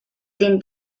din